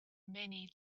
many